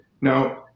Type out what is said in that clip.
Now